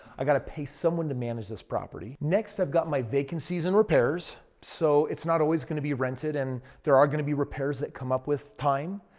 i got to pay someone to manage this property. next, i've got my vacancies and repairs. so, it's not always going to be rented and there are going to be repairs that come up with time.